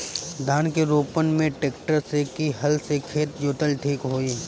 धान के रोपन मे ट्रेक्टर से की हल से खेत जोतल ठीक होई?